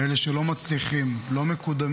ואלה שלא מצליחים, לא מקודמים.